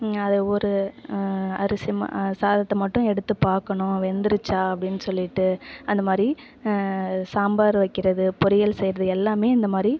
அதை ஒரு அரிசி ம சாதத்தை மட்டும் எடுத்து பார்க்கணும் வெந்துருச்சா அப்படின்னு சொல்லிட்டு அந்தமாதிரி சாம்பார் வைக்கிறது பொரியல் செய்கிறது எல்லாமே இந்தமாதிரி